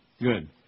Good